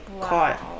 caught